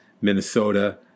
Minnesota